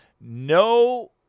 no